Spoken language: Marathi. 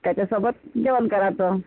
त्याच्यासोबत जेवण करायचं